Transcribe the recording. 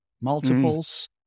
multiples